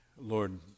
Lord